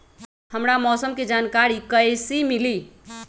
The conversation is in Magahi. हमरा मौसम के जानकारी कैसी मिली?